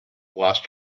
lost